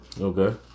Okay